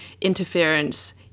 interference